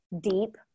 deep